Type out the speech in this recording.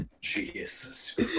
Jesus